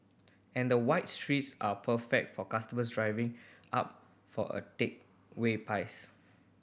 and the wide streets are perfect for customers driving up for a takeaway pies